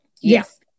yes